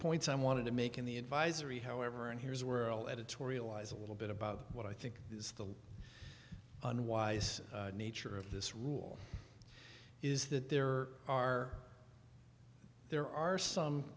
points i wanted to make in the advisory however and here's where all editorialize a little bit about what i think is the unwise nature of this rule is that there are there are some